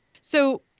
So-